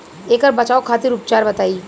ऐकर बचाव खातिर उपचार बताई?